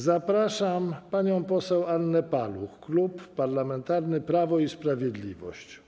Zapraszam panią poseł Annę Paluch, Klub Parlamentarny Prawo i Sprawiedliwość.